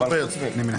אחרת את מפרה את החוק,